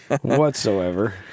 whatsoever